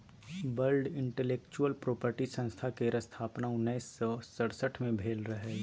world intellectual property संस्था केर स्थापना उन्नैस सय सड़सठ मे भेल रहय